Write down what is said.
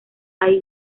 hay